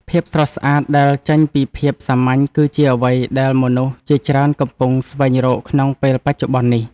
ភាពស្រស់ស្អាតដែលចេញពីភាពសាមញ្ញ គឺជាអ្វីដែលមនុស្សជាច្រើនកំពុងស្វែងរកក្នុងពេលបច្ចុប្បន្ននេះ។